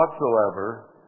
whatsoever